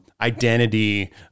identity